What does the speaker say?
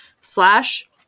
slash